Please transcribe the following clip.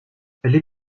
les